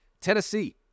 Tennessee